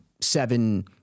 seven